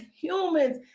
humans